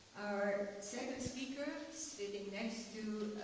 our second speaker sitting next to